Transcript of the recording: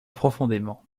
profondément